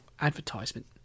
advertisement